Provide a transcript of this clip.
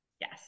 Yes